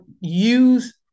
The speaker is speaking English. use